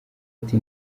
ati